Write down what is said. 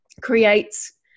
creates